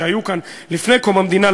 שהיו כאן לפני קום המדינה,